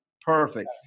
Perfect